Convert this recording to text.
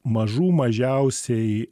mažų mažiausiai